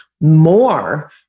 more